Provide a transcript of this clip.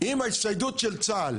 ההצטיידות של צה"ל